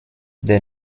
der